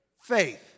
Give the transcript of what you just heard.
faith